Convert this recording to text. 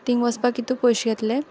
तींग ओसपा कितू पोयश घेतले